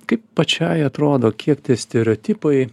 kaip pačiai atrodo kiek tie stereotipai